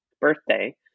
birthday